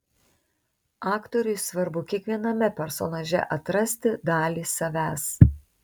aktoriui svarbu kiekviename personaže atrasti dalį savęs